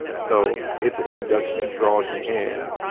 so it's the introduction that draws you in.